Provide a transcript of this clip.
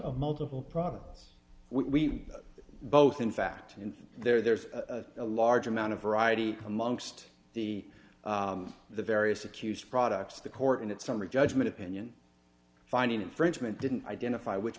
through multiple products we both in fact and there's a large amount of variety amongst the the various accused products the court in its summary judgment opinion finding infringement didn't identify which